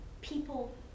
people